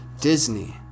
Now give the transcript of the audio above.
Disney